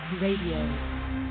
Radio